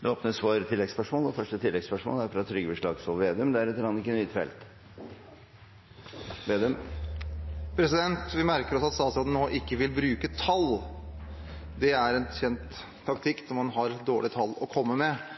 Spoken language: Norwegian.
Det åpnes for oppfølgingsspørsmål – først Trygve Slagsvold Vedum. Vi merker oss at statsråden nå ikke vil bruke tall. Det er en kjent taktikk når man har dårlige tall å komme med.